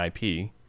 IP